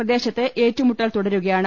പ്രദേശത്ത് ഏറ്റു മുട്ടൽ തുടരുകയാണ്